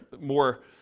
more